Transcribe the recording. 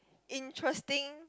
interesting